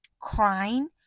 crying